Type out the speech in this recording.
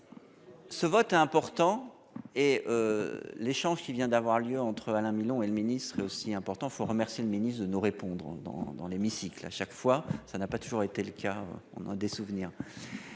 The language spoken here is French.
Ce vote est important et. L'échange qui vient d'avoir lieu entre Alain Milon. Et le ministre aussi important, il faut remercier le ministre, de nous répondre dans dans l'hémicycle à chaque fois ça n'a pas toujours été le cas, on a des souvenirs.